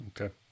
okay